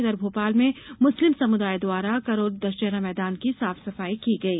इधर भोपाल में मुस्लिम समुदाय द्वारा करोंद दशहरा मैदान की साफ सफाई की गई